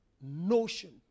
notion